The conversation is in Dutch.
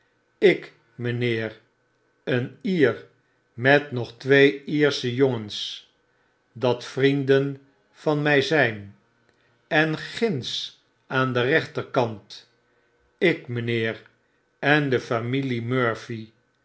ik mynheer een ier met nog twee lersche jongens dat vrienden van my zyn en ginds aan den rechterkant ik mynheer en de